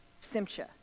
simcha